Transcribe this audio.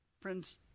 Friends